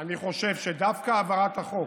אני חושב שדווקא העברת החוק